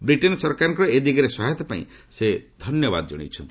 Britain ସରକାରଙ୍କର ଏ ଦିଗରେ ସହାୟତା ପାଇଁ ସେ ଧନ୍ୟବାଦ ଜଣାଇଛନ୍ତି